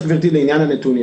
ולעניין הנתונים.